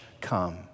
come